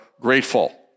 grateful